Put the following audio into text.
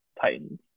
Titans